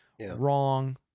Wrong